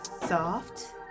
soft